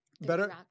better